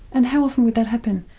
and how often would that happen?